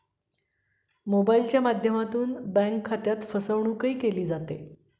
मोबाइलच्या माध्यमातून बँक खात्यात फसवणूकही केली जाते